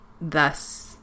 Thus